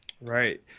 Right